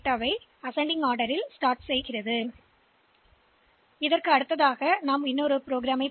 எனவே இந்த வழியில் 10 எண்களை ஏறுவரிசையில் வரிசைப்படுத்தும் இந்த வழிமுறையை நாங்கள் செய்கிறோம்